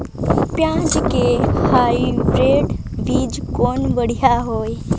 पियाज के हाईब्रिड बीजा कौन बढ़िया हवय?